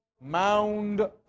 mound